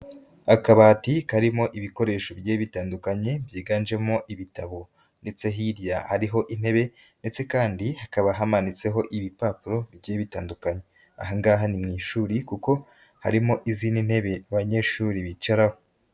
Akabati karimo ibikoresho bigiye bitandukanye byiganjemo ibitabo. Ndetse hirya hariho intebe ndetse kandi hakaba hamanitseho ibipapuro bike bitandukanye. Aha ngaha ni mu ishuri kuko harimo izindi ntebe abanyeshuri bicaraho.